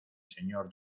señor